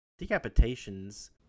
decapitations